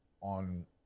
on